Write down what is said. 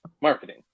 marketing